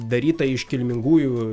daryta iš kilmingųjų